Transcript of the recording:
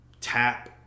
tap